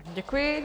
Děkuji.